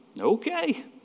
Okay